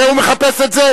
הרי הוא מחפש את זה.